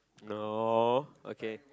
no okay